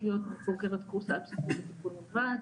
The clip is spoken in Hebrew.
להיות מוכרת קורס על בסיסי טיפול נמרץ,